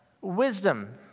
wisdom